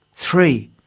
three!